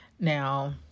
Now